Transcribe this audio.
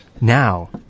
Now